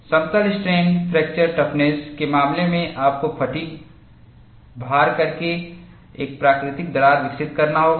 समतल strain fracture toughness के मामले में आपको फ़ैटिग् भार करके एक प्राकृतिक दरार विकसित करना होगा